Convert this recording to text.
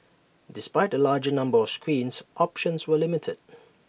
despite the larger number of screens options were limited